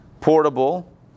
portable